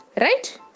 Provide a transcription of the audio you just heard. Right